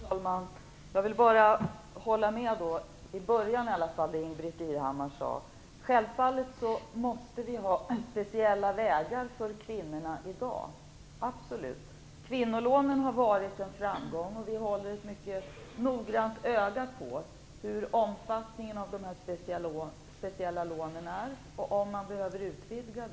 Herr talman! Jag håller med Ingbritt Irhammar, i alla fall när det gäller det som hon sade i början av sitt inlägg. Självfallet måste vi i dag ha speciella vägar för kvinnorna - absolut! Kvinnolånen har varit en framgång. Vi håller mycket noga ett öga på hur omfattande de här speciella lånen är och om det behövs en utvidgning.